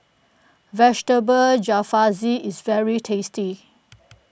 Vegetable Jalfrezi is very tasty